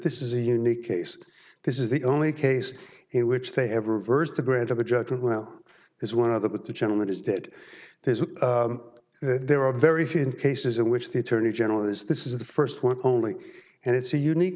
this is a unique case this is the only case in which they have reversed the grant of a judgment well there's one other bit the gentleman is that there is there are very few cases in which the attorney general is this is the first one only and it's a unique